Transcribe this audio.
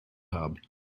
tub